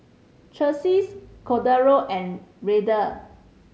Chelsi Cordero and Ryder